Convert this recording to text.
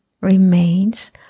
remains